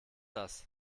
das